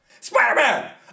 Spider-Man